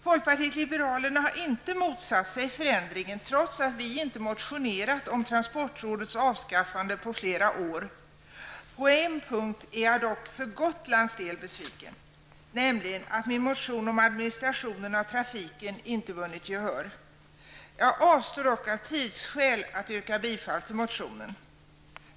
Folkpartiet liberalerna har inte motsatt sig förändringen trots att vi inte motionerat om transportrådets avskaffande på flera år. På en punkt är jag dock för Gotlands del besviken, nämligen att min motion om administrationen av trafiken inte vunnit gehör. Jag avstår dock av tidsskäl från att yrka bifall till motionen.